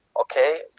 okay